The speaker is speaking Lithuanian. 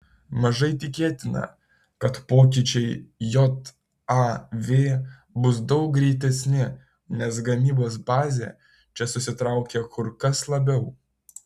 mažai tikėtina kad pokyčiai jav bus daug greitesni nes gamybos bazė čia susitraukė kur kas labiau